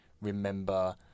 remember